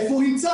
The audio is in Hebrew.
איפה הוא נמצא?